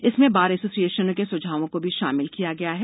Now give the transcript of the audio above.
इसमें बार एसोसिएशनों के सुझावों को भी शामिल किया गया है